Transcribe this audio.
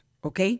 ¿ok